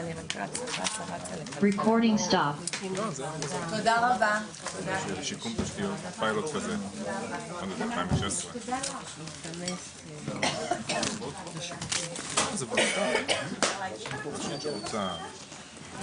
12:15.